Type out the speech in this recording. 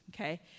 Okay